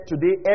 today